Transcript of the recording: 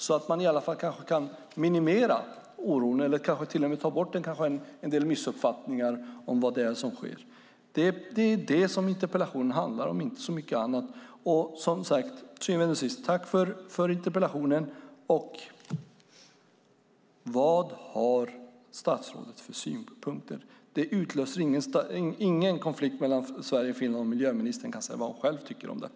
På det viset kan man kanske minimera oron och kanske till och med ta bort en del missuppfattningar om vad som sker. Det är det som interpellationen handlar om och inte så mycket annat. Till syvende och sist: Vilka synpunkter har statsrådet? Det utlöser ingen konflikt mellan Sverige och Finland om miljöministern säger vad hon själv tycker om detta.